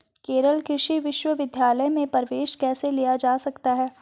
केरल कृषि विश्वविद्यालय में प्रवेश कैसे लिया जा सकता है?